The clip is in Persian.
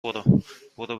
برو، برو